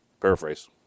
Paraphrase